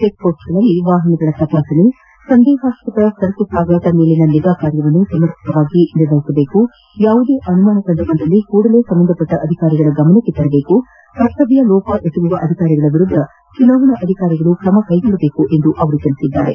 ಚೆಕ್ಪೋಸ್ಟ್ಗಳಲ್ಲಿ ವಾಹನಗಳ ತಪಾಸಣೆ ಸಂದೇಹಾಸ್ವದ ಸರಕು ಸಾಗಾಟ ಮೇಲಿನ ನಿಗಾ ಕಾರ್ಯವನ್ನು ಸಮರ್ಪಕವಾಗಿ ನಿರ್ವಹಿಸಬೇಕು ಯಾವುದೇ ಅನುಮಾನವಿದ್ದಲ್ಲಿ ಕೂಡಲೇ ಸಂಬಂಧಿಸಿದ ಅಧಿಕಾರಿಗಳ ಗಮನಕ್ಕೆ ತರಬೇಕು ಕರ್ತವ್ಯಲೋಪವೆಸಗಿದ ಅಧಿಕಾರಿಗಳ ವಿರುದ್ದ ಚುನಾವಣಾಧಿಕಾರಿಗಳು ಕ್ರಮ ಕೈಗೊಳ್ಳಬೇಕು ಎಂದು ಅವರು ತಿಳಿಸಿದ್ದಾರೆ